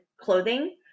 clothing